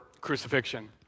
crucifixion